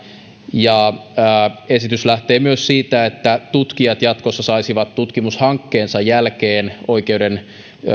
esitys lähtee myös siitä että tutkijat jatkossa saisivat tutkimushankkeensa jälkeen oikeuden